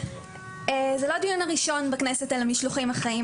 זה לא הדיון הראשון בכנסת על המשלוחים החיים,